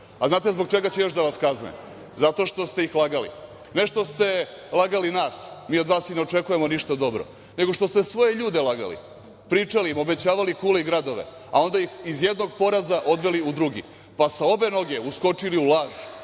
Znate li zbog čega će još da vas kazne? Zato što ste ih lagali, ne što ste lagali nas, mi od vas i ne očekujemo ništa dobro, nego što ste svoje ljude lagali, pričali im, obećavali kule i gradove, a onda ih iz jednog poraza odveli u drugi, pa sa obe noge uskočili u laž,